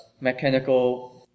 mechanical